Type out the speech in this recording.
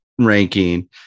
ranking